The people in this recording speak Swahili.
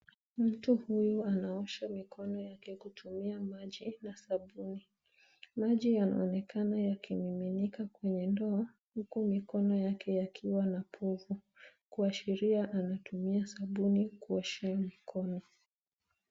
Mtu huyu anaosha mikono yake kutumia maji na sabuni. Maji yanaonekana yakimiminika kwenye ndoo huku mikono yake yakiwa na povu kuashiria anatumia sabuni kuoshea mikono.